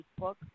Facebook